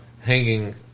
hanging